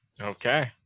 Okay